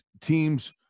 teams